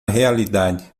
realidade